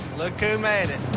look who made it.